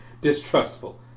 distrustful